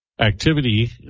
activity